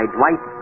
Dwight